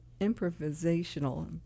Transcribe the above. improvisational